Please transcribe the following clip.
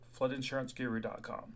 floodinsuranceguru.com